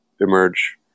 emerge